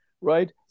right